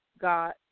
got